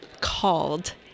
called